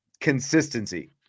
consistency